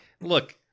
look